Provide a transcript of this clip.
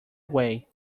way